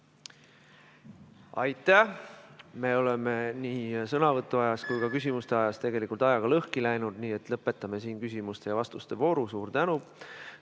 Aitäh! Meil on nii ettekande kui ka küsimuste aeg tegelikult lõhki läinud, nii et lõpetame siin küsimuste ja vastuste vooru. Suur tänu,